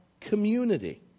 community